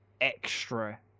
extra